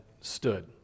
stood